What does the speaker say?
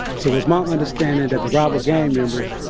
so, it was my understanding that the rival gang members,